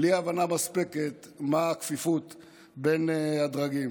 בלי הבנה מספקת מה הכפיפות בין הדרגים.